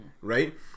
right